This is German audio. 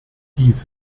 dies